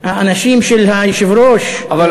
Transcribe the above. האנשים של היושב-ראש מוחים,